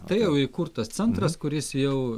tai jau įkurtas centras kuris jau